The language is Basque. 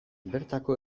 bertako